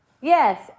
Yes